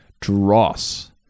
dross